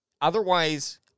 otherwise